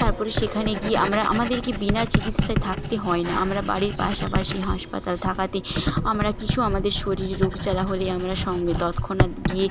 তারপরে সেখানে গিয়ে আমরা আমাদেরকে বিনা চিকিৎসায় থাকতে হয় না আমরা বাড়ির পাশাপাশি হাসপাতাল থাকাতে আমরা কিছু আমাদের শরীরে রোগ জ্বালা হলে আমরা সঙ্গে তৎক্ষণাৎ গিয়ে